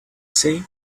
say